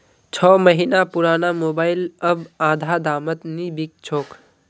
छो महीना पुराना मोबाइल अब आधा दामत नी बिक छोक